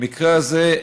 במקרה הזה,